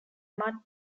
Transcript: mud